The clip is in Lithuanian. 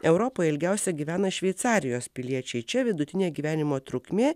europoje ilgiausiai gyvena šveicarijos piliečiai čia vidutinė gyvenimo trukmė